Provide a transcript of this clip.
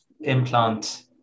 implant